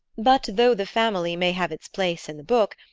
but though the family may have its place in the book,